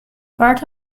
part